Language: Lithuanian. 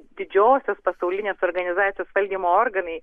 didžiosios pasaulinės organizacijos valdymo organai